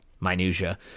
minutia